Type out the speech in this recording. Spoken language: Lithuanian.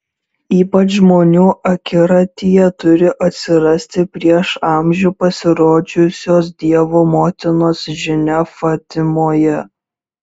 ypač žmonių akiratyje turi atsirasti prieš amžių pasirodžiusios dievo motinos žinia fatimoje